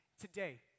today